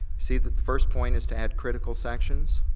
see that the first point is to add critical sections.